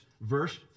Verse